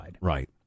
Right